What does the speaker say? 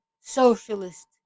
socialist